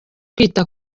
kwita